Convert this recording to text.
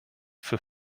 für